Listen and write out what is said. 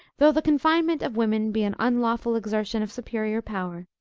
though the confinement of women be an unlawful exertion of superior power,